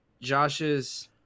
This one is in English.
Josh's